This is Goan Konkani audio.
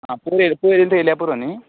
आं पयर पयर येल्या थंय पुरो न्ही